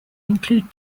include